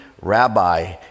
rabbi